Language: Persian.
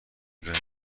رنو